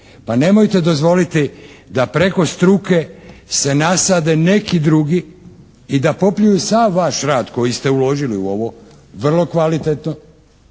Pa nemojte dozvoliti da preko struke se nasade neki drugi i da popljuju sav vaš rad koji ste uložili u ovo vrlo kvalitetno,